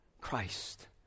Christ